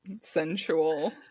Sensual